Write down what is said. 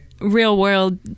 real-world